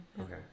Okay